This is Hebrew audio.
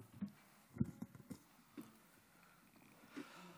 בבקשה, חבר הכנסת כץ.